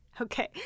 Okay